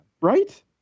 Right